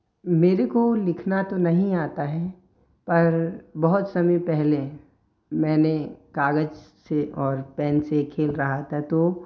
मेरे को लिखना तो नहीं आता है पर बहुत समय पेहले मैंने कागज़ से और पेन से खेल रहा था तो